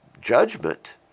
judgment